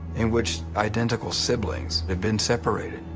in which identical siblings had been separated.